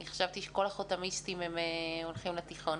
אני חשבתי שכול החותמיסטים הולכים לתיכון,